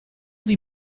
die